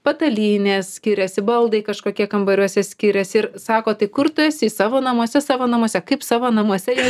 patalynės skiriasi baldai kažkokie kambariuose skiriasi ir sako tai kur tu esi savo namuose savo namuose kaip savo namuose jei